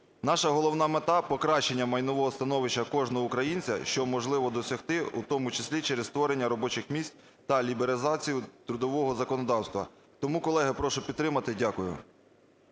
Наша головна мета - покращення майнового становища кожного українця, що можливо досягти в тому числі через створення робочих місць та лібералізацію трудового законодавства. Тому колеги прошу підтримати. Дякую.